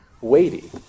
weighty